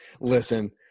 Listen